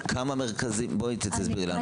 על כמה מרכזים, בואי תסבירי לנו.